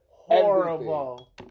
Horrible